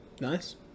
nice